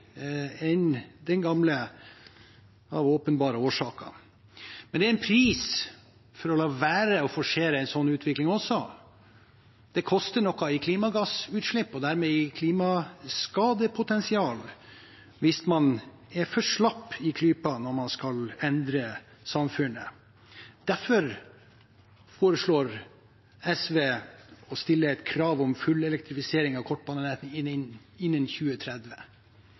enn den gamle – av åpenbare årsaker – men det er også en pris for å la være å forsere en sånn utvikling. Det koster noe i klimagassutslipp og dermed i klimaskadepotensial hvis man er for slapp i klypa når man skal endre samfunnet. Derfor foreslår SV å stille et krav om fullelektrifisering av kortbanenettet innen 2030. Hvorfor elektrifisering?